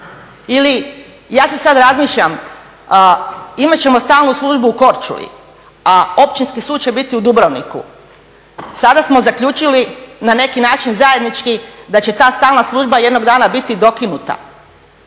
Ili ja si sada razmišljam imat ćemo stalnu službu u Korčuli, a općinski sud će biti u Dubrovniku, sada smo zaključili na neki način zajednički da će ta stalna služba jednog dana biti dokinuta.